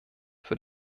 für